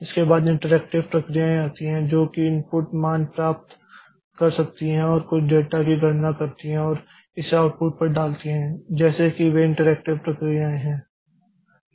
इसके बाद इंटरैक्टिव प्रक्रियाएँ आती हैं जो कुछ इनपुट मान प्राप्त कर सकती हैं और कुछ डेटा की गणना करती हैं और इसे आउटपुट पर डालती हैं जैसे कि वे इंटरैक्टिव प्रक्रियाएँ हैं